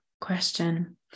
question